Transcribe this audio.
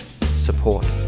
support